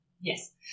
Yes